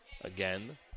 Again